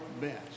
best